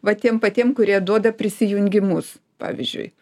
va tiem patiem kurie duoda prisijungimus pavyzdžiui